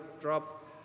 drop